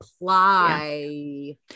apply